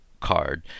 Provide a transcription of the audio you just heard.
card